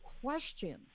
question